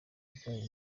wabyawe